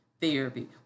therapy